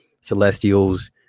Celestials